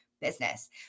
business